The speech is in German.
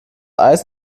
eis